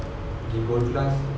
pergi gold class